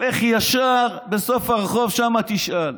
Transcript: לך ישר, בסוף הרחוב, שם תשאל.